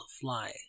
fly